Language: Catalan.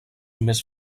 més